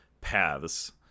paths